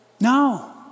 no